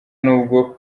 n’ubwo